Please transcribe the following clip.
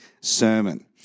sermon